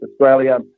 Australia